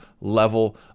level